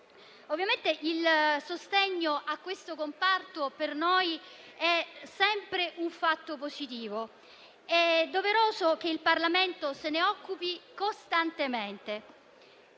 Ovviamente il sostegno a questo comparto è per noi sempre un fatto positivo. È doveroso che il Parlamento se ne occupi costantemente.